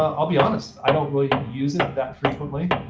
um i'll be honest, i don't really use it that frequently.